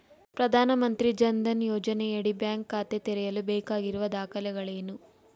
ಪ್ರಧಾನಮಂತ್ರಿ ಜನ್ ಧನ್ ಯೋಜನೆಯಡಿ ಬ್ಯಾಂಕ್ ಖಾತೆ ತೆರೆಯಲು ಬೇಕಾಗಿರುವ ದಾಖಲೆಗಳೇನು?